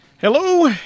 Hello